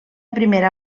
primera